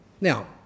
Now